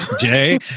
Jay